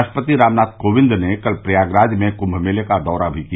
राष्ट्रपति रामनाथ कोविंद ने कल प्रयागराज में कुंभ मेले का दौरा किया